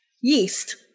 yeast